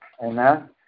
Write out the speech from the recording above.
Amen